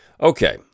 Okay